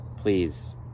please